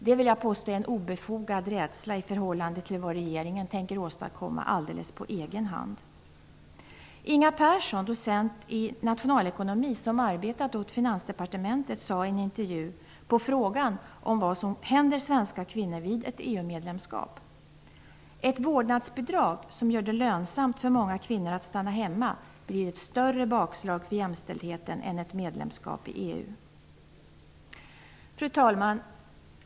Jag vill påstå att det är en obefogad rädsla i förhållande till vad regeringen tänker åstadkomma alldeles på egen hand. Inga Persson, docent i nationalekonomi som har arbetat åt Finansdepartementet, svarade i en intervju på frågan om vad som händer svenska kvinnor vid ett EU-medlemskap. Hon sade: ''Ett vårdnadsbidrag som gör det lönsamt för många kvinnor att stanna hemma blir ett större bakslag för jämställdheten än ett medlemskap i EU.'' Fru talman!